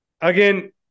Again